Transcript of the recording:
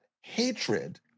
hatred